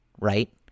right